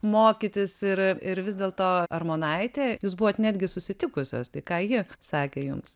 mokytis ir ir vis dėlto armonaitė jūs buvot netgi susitikusios tai ką ji sakė jums